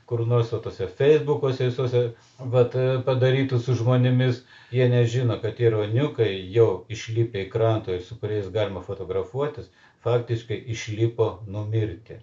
kur nors va tuose feisbukuose visuose vat padarytų su žmonėmis jie nežino kad tie ruoniukai jau išlipę į krantą ir su kuriais galima fotografuotis faktiškai išlipo numirti